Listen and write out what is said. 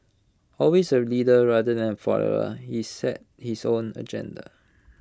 always A leader rather than A follower he set his own agenda